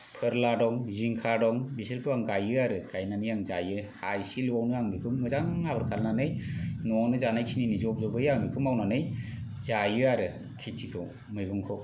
फोरला दं जिंखा दं बिसोरखौ आं गायो आरो गायनानै आं जायो हा इसेल'आवनो आं बेखौ मोजां आबाद खालामनानै नआवनो जानायखिनिनि जब जबै बेखौ आं मावनानै जायो आरो खेतिखौ मैगंखौ